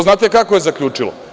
Znate kako je zaključilo?